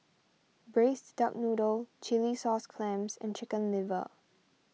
Braised Duck Noodle Chilli Sauce Clams and Chicken Liver